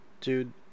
Dude